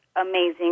amazing